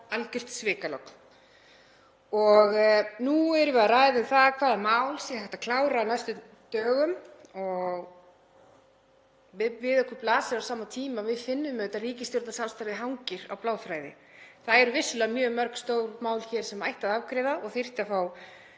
og nú erum við að ræða um hvaða mál sé hægt að klára á næstu dögum og við okkur blasir á sama tíma og við finnum auðvitað að ríkisstjórnarsamstarfið hangir á bláþræði. Það eru vissulega mjög mörg stór mál sem ætti að afgreiða og þyrftu að fá